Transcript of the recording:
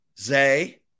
Zay